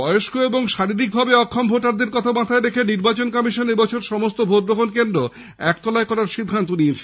বয়স্ক এবং শারীরিকভাবে অক্ষম ভোটারদের কথা মাথায় রেখে নির্বাচন কমিশন এ বছর সমস্ত ভোটগ্রহণ কেন্দ্র একতলায় করার সিদ্ধান্ত নিয়েছে